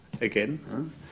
again